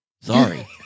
Sorry